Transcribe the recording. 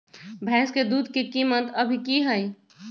भैंस के दूध के कीमत अभी की हई?